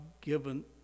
given